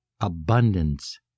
Abundance